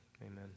Amen